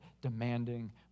demanding